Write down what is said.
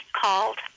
called